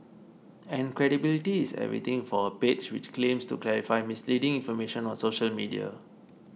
and credibility is everything for a page which claims to clarify misleading information on social media